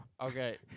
Okay